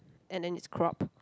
and then it's cropped